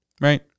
Right